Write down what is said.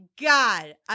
God